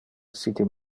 essite